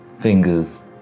fingers